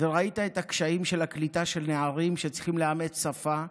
וראית את הקשיים של הקליטה של נערים שצריכים לאמץ שפה,